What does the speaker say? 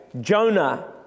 Jonah